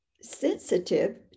sensitive